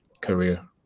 career